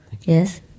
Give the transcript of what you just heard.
Yes